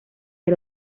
del